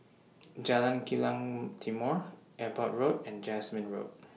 Jalan Kilang Timor Airport Road and Jasmine Road